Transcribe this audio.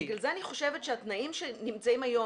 בגלל זה אני חושבת שהתנאים שנמצאים היום